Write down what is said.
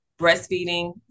breastfeeding